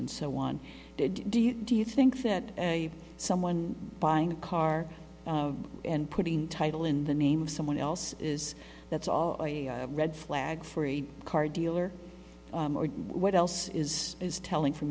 and so on do you do you think that someone buying a car and putting title in the name of someone else is that's all red flag for a car dealer or what else is is telling from